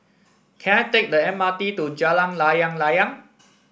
can I take the M R T to Jalan Layang Layang